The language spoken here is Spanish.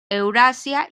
eurasia